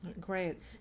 Great